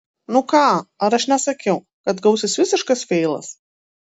nu ką ar aš nesakiau kad gausis visiškas feilas